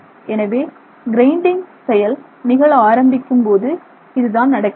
எனவே கிரைண்டிங் செயல்நிகழ ஆரம்பிக்கும் போது இதுதான் நடக்கிறது